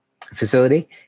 facility